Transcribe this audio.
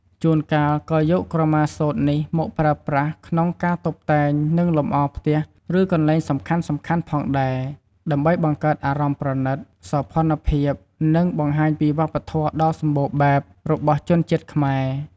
ជួនកាលក៏យកក្រមាសូត្រនេះមកប្រើប្រាស់ក្នុងការតុបតែង និងលម្អផ្ទះ ឬកន្លែងសំខាន់ៗផងដែរ ដើម្បីបង្កើតអារម្មណ៍ប្រណិត សោភ័ណភាព និងបង្ហាញពីវប្បធម៌ដ៏សម្បូរបែបរបស់ជនជាតិខ្មែរ។